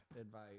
advice